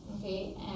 okay